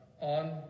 on